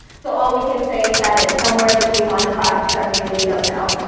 so all we can say is that it's somewhere between one and five because i really don't know.